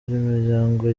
imiryango